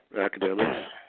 academics